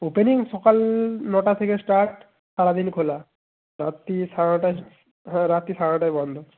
opening সকাল নটা থেকে স্টার্ট সারাদিনই খোলা রাত্রি সাড়ে নটায় হ্যাঁ রাত্রি সাড়ে নটায় বন্ধ